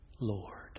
Lord